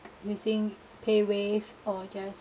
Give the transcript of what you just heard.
using paywave or just